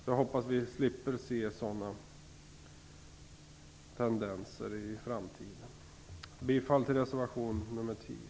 Jag hoppas således att vi slipper se sådana tendenser i framtiden. Jag yrkar bifall till reservation nr 10.